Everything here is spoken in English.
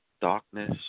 Darkness